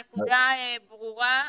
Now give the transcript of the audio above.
הנקודה ברורה.